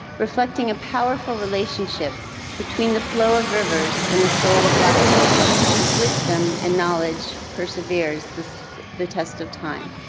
reflecting a powerful relationship between the flow of rivers and the soul of black folks whose wisdom and knowledge persevered the the test of time.